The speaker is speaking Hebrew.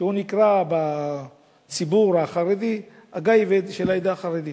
שנקרא בציבור החרדי הגאב"ד של העדה החרדית.